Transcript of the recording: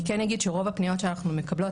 אני כן אגיד שרוב הפניות שאנחנו מקבלות,